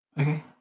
Okay